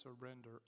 surrender